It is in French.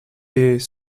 est